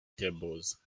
tables